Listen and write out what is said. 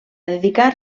dedicar